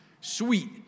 Sweet